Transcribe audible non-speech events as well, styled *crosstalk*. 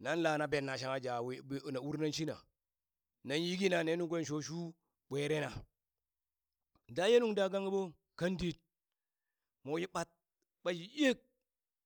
na la na benna shangha ja na *hesitation* urinan shina na yiki na ne nun kwen sho shu ɓwerena, *noise* daye nuŋ dagangɓo kan dit mowi ɓat, ɓat yiik